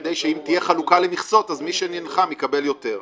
כדי שאם תהיה חלוקה למכסות אז מי שנלחם יקבל יותר.